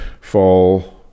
fall